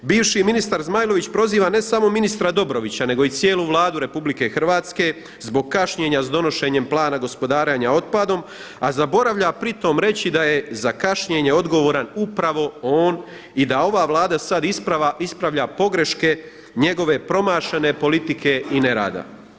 Bivši ministar Zmajlović proziva ne samo ministra Dobrovića nego i cijelu Vlade RH zbog kašnjenja s donošenjem Plana gospodarenja otpadom, a zaboravlja pri tom reći da je za kašnjenje odgovoran upravo on i da ova Vlada sada ispravlja pogreške njegove promašene politike i nerada.